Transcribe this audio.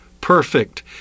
perfect